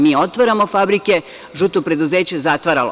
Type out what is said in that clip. Mi otvaramo fabrike, žuto preduzeće je zatvaralo.